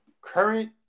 current